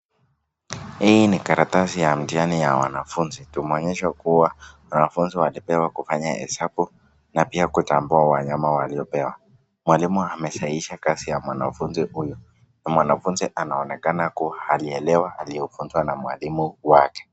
Hii ni karatasi ya mtihani ya wanafunzi tumeonyeshwa kuwa wanafunzi walipewa kufanya hesabu na pia kutambua wanyama waliopewa. Mwalimu amesahihisha kazi ya mwanafunzi huyo, mwanafunzi anaonekana kuwa alielewa aliyofunzwa na mwalimu wake.